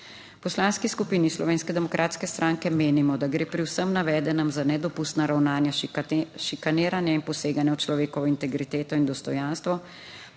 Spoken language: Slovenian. Poslanski skupini Slovenske demokratske stranke menimo, da gre pri vsem navedenem za nedopustna ravnanja, šikaniranje in poseganja v človekovo integriteto in dostojanstvo